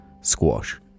squash